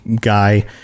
guy